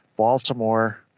Baltimore